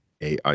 AI